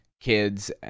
kids